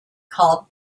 called